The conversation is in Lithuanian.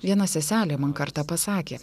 viena seselė man kartą pasakė